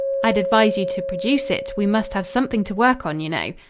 i'd advise you to produce it. we must have something to work on, you know.